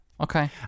Okay